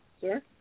Sir